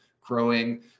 growing